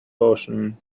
ocean